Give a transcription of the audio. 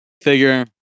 figure